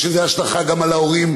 יש לזה השלכה גם על ההורים,